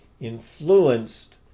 influenced